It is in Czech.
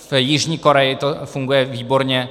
V Jižní Koreji to funguje výborně.